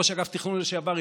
ראש אגף תכנון לשעבר,